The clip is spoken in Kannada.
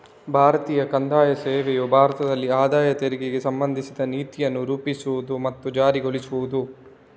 ಭಾರತೀಯ ಕಂದಾಯ ಸೇವೆಯು ಭಾರತದಲ್ಲಿ ಆದಾಯ ತೆರಿಗೆಗೆ ಸಂಬಂಧಿಸಿದ ನೀತಿಯನ್ನು ರೂಪಿಸುವುದು ಮತ್ತು ಜಾರಿಗೊಳಿಸುವುದು